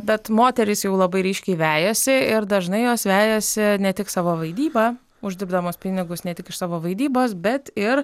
bet moterys jau labai ryškiai vejasi ir dažnai jos vejasi ne tik savo vaidyba uždirbdamos pinigus ne tik iš savo vaidybos bet ir